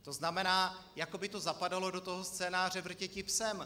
To znamená, jako by to zapadalo do toho scénáře Vrtěti psem.